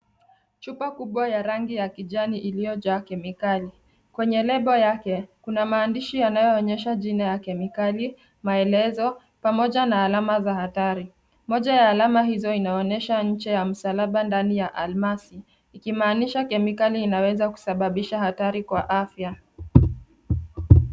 Chupa kubwa ya rangi ya kijani iliyojaa kemikali. Kwenye lebo yake kuna maandishi yanayoonyesha jina ya kemikali, maelezo pamoja na alama za hatari. Moja ya alama hizo inaonyesha ncha ya msalaba ndani ya almasi ikimaniisha kemikali inaweza kusababisha hatari kwa afya.